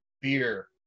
beer